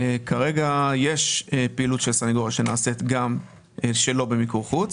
כרגע יש פעילות של סניגוריה שנעשית גם שלא במיקור חוץ.